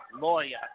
Lawyer